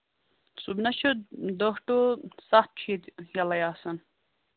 صُبنَس چھُ دَہ ٹُہ سَتھ چھُ ییٚتہِ یَلَے آسان